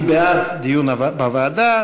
מי בעד דיון בוועדה?